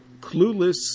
Clueless